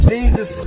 Jesus